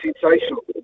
sensational